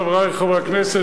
חברי חברי הכנסת,